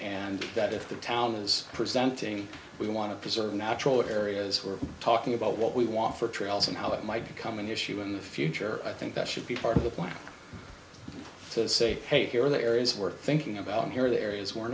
and that if the town is presenting we want to preserve natural areas we're talking about what we want for trails and how it might become an issue in the future i think that should be part of the plan to say hey here are the areas we're thinking about here are the areas we're